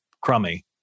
crummy